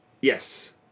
Yes